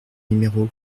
numéro